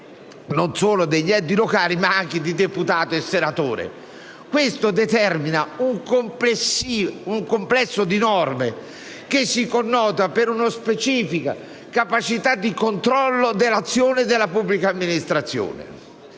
livello degli enti locali, ma anche di deputato e senatore. Ciò determina un complesso di norme che si connota per una specifica capacità di controllo dell'azione della pubblica amministrazione.